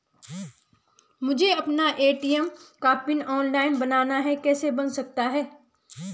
मुझे अपना ए.टी.एम का पिन ऑनलाइन बनाना है कैसे बन सकता है?